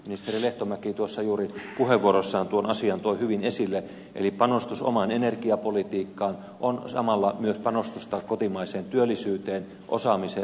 ministeri lehtomäki tuossa juuri puheenvuorossaan tuon asian toi hyvin esille eli panostus omaan energiapolitiikkaan on samalla myös panostusta kotimaiseen työllisyyteen osaamiseen ja yrittäjyyteen